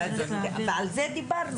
ועל זה דיברנו.